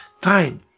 Time